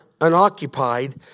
unoccupied